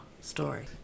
story